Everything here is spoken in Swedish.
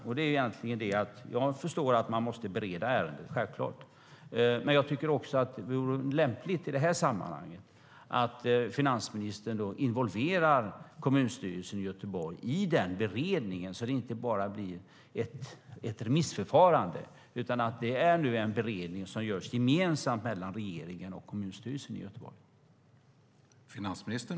Jag förstår att man självklart måste bereda ärendet. Men jag tycker också att det vore lämpligt att finansministern i detta sammanhang involverar kommunstyrelsen i Göteborg i beredningen, så att det inte bara blir ett remissförfarande utan en beredning som görs gemensamt mellan regeringen och kommunstyrelsen i Göteborg. Vad anser finansministern?